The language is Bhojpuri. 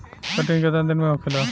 कटनी केतना दिन में होखेला?